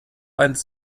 einst